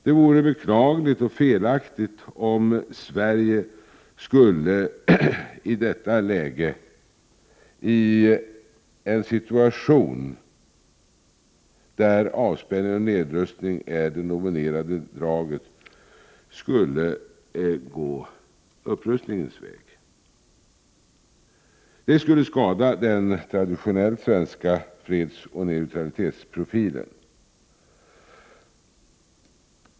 Det vore beklagligt och felaktigt, om Sverige i detta läge, i en situation där avspänning och nedrustning är det dominerande draget, skulle gå upprustningens väg. Det skulle skada den traditionellt svenska fredsoch neutralitetsprofilen.